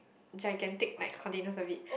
gigantic like containers a bit